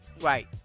Right